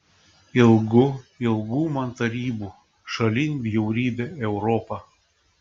ilgu ilgu man tarybų šalin bjaurybę europą